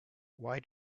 why